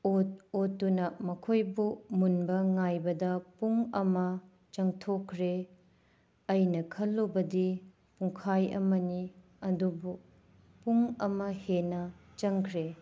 ꯑꯣꯠ ꯑꯣꯠꯇꯨꯅ ꯃꯈꯣꯏꯕꯨ ꯃꯨꯟꯕ ꯉꯥꯏꯕꯗ ꯄꯨꯡ ꯑꯃ ꯆꯪꯊꯣꯛꯈ꯭ꯔꯦ ꯑꯩꯅ ꯈꯟꯂꯨꯕꯗꯤ ꯄꯨꯡꯈꯥꯏ ꯑꯃꯅꯤ ꯑꯗꯨꯕꯨ ꯄꯨꯡ ꯑꯃ ꯍꯦꯟꯅ ꯆꯪꯈ꯭ꯔꯦ